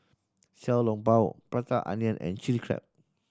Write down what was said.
Xiao Long Bao Prata Onion and Chilli Crab